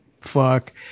fuck